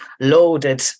loaded